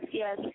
yes